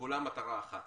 שלכולם מטרה אחת